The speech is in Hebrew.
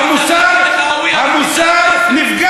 עיסאווי, צריך לתת לך הַוִיֶּה, המוסר נפגע.